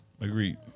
Agreed